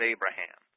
Abraham